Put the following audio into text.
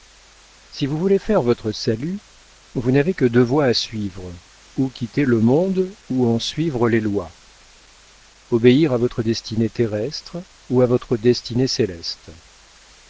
si vous voulez faire votre salut vous n'avez que deux voies à suivre ou quitter le monde ou en suivre les lois obéir à votre destinée terrestre ou à votre destinée céleste